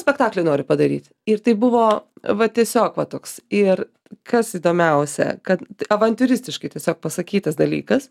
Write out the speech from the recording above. spektaklį noriu padaryti ir tai buvo va tiesiog va toks ir kas įdomiausia kad avantiūristiškai tiesiog pasakytas dalykas